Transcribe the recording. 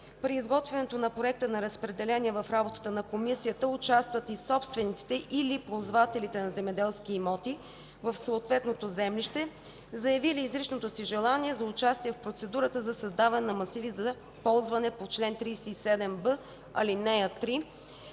при изготвянето на проекта на разпределение в работата на Комисията участват и собствениците или ползвателите на земеделски имоти в съответното землище, заявили изричното си желание за участие в процедурата за създаване на масиви за ползване по чл. 37б, ал. 3.